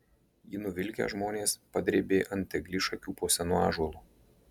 jį nuvilkę žmonės padrėbė ant eglišakių po senu ąžuolu